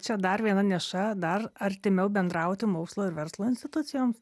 čia dar viena niša dar artimiau bendrauti mokslo ir verslo institucijoms